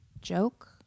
joke